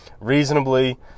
reasonably